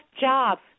jobs